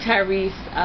Tyrese